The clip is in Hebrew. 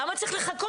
למה צריך לחכות?